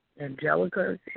Angelica